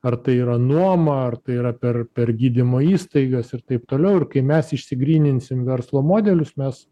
ar tai yra nuoma ar tai yra per per gydymo įstaigas ir taip toliau ir kai mes išsigryninsim verslo modelius mes